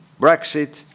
Brexit